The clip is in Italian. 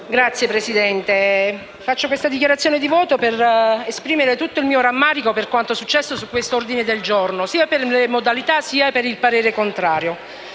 Signora Presidente, intervengo in dichiarazione di voto per esprimere tutto il mio rammarico per quanto successo su questo giorno, sia per le modalità che per il parere contrario.